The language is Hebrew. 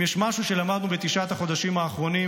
אם יש משהו שלמדנו בתשעת החודשים האחרונים